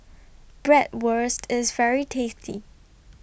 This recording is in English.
Bratwurst IS very tasty